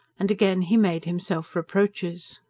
and again he made himself reproaches.